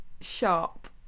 Sharp